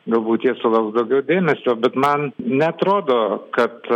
galbūt jie sulauks daugiau dėmesio bet man neatrodo kad